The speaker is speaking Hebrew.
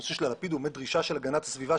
הנושא של הלפיד הוא דרישה של הגנת הסביבה,